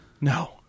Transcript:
No